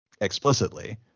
explicitly